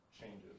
changes